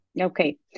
okay